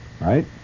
Right